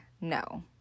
No